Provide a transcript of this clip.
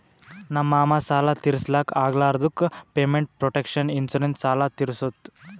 ನಮ್ ಮಾಮಾ ಸಾಲ ತಿರ್ಸ್ಲಕ್ ಆಗ್ಲಾರ್ದುಕ್ ಪೇಮೆಂಟ್ ಪ್ರೊಟೆಕ್ಷನ್ ಇನ್ಸೂರೆನ್ಸ್ ಸಾಲ ತಿರ್ಸುತ್